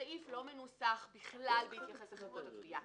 הסעיף לא מנוסח בכלל בהתייחס לחברות גבייה.